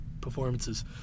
performances